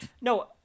no